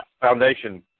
Foundation